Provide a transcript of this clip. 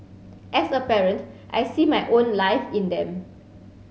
as a parent I see my own life in them